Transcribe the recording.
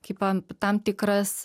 kaip a tam tikras